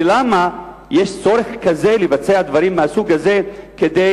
ולמה יש צורך כזה לבצע דברים מהסוג הזה כדי